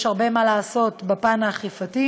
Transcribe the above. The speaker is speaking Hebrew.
יש הרבה מה לעשות בפן של האכיפה.